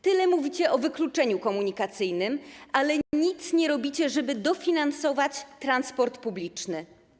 Tyle mówicie o wykluczeniu komunikacyjnym, ale nic nie robicie, żeby dofinansować transport publiczny.